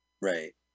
Right